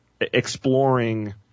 exploring